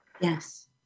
Yes